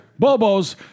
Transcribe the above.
Bobos